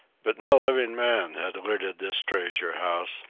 but no living man had looted this treasure house,